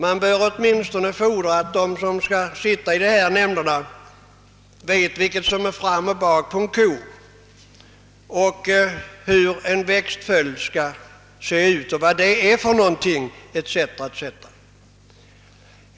Man bör åtminstone fordra att de som skall sitta i dessa nämnder vet vad som är fram och bak på en ko, vad en växtföljd är för någonting och hur den skall se ut etc.